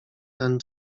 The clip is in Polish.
ten